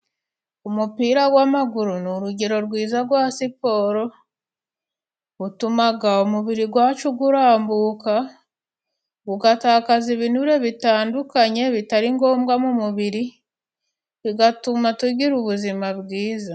Umupira w'amaguru ni urugero rwiza rwa siporo, utuma umubiri wacu urambuka ugatakaza ibinure bitandukanye bitari ngombwa mu mubiri, bigatuma tugira ubuzima bwiza.